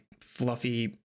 fluffy